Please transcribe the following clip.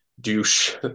douche